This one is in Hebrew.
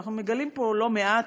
שאנחנו מגלים פה לא מעט,